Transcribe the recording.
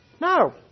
No